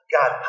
God